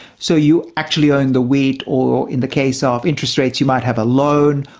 so you actually own the wheat or in the case of interest rates, you might have a loan,